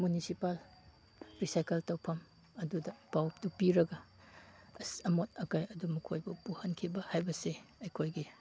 municipal recycle ꯇꯧꯐꯝ ꯑꯗꯨꯗ ꯄꯥꯎꯗꯨ ꯄꯤꯔꯒ ꯑꯁ ꯑꯄꯣꯠ ꯑꯀꯥꯏ ꯑꯗꯨꯕꯨ ꯃꯈꯣꯏꯗ ꯄꯨꯍꯟꯈꯤꯕ ꯍꯥꯏꯕꯁꯤ ꯑꯩꯈꯣꯏꯒꯤ